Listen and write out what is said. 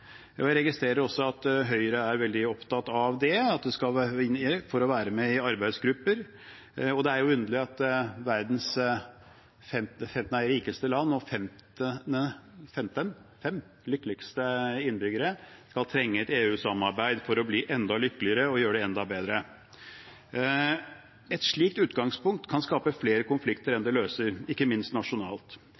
Jeg registrerer også at Høyre er veldig opptatt av det – at vi skal inn i EU for å være med i arbeidsgrupper – og det er jo underlig at innbyggerne i et av verdens rikeste og mest lykkelige land skal trenge et EU-samarbeid for å bli enda lykkeligere og gjøre det enda bedre. Et slikt utgangspunkt kan skape flere konflikter enn det løser, ikke minst nasjonalt.